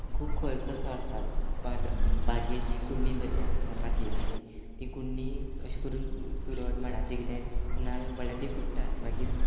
खूब खर्च असो आसतात बाजा बागेत जी कुंडी दल्ली आसतात मातयेची ती कुंडी अशें करून चुरट माडाचें कितें नाल पडल्या ती फुट्टात मागीर